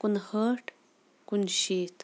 کُنہٕ ہٲٹھ کُنہٕ شیٖتھ